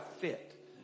fit